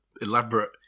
elaborate